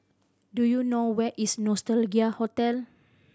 do you know where is Nostalgia Hotel